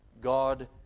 God